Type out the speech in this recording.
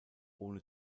ohne